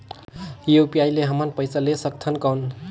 UPI ले हमन पइसा ले सकथन कौन?